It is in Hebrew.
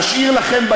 נשאיר לכם,